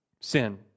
sin